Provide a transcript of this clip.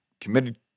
committed